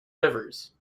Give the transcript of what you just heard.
rivers